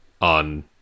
on